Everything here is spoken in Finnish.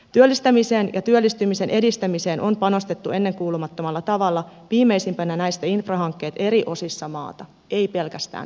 työllistämiseen ja työllistymisen edistämiseen on panostettu ennenkuulumattomalla tavalla viimeisimpänä näistä infrahankkeet eri osissa maata ei pelkästään pääkaupunkiseudulla